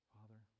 Father